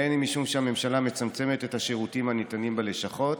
בין משום שהממשלה מצמצמת את השירותים הניתנים בלשכות,